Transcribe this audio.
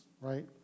right